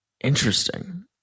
Interesting